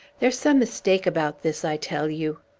there's some mistake about this, i tell you!